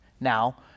now